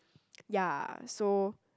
ya so